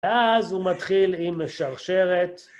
אז הוא מתחיל עם שרשרת.